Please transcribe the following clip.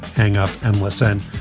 hang up and listen.